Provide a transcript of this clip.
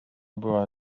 była